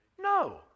No